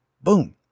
Boom